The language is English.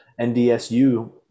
NDSU